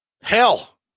Hell